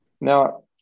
Now